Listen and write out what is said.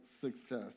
success